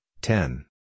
ten